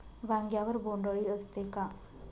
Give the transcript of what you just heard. वांग्यावर बोंडअळी असते का?